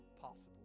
possible